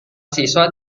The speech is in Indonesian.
siswa